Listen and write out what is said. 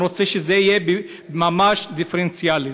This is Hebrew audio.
אלא שזה יהיה ממש דיפרנציאלי.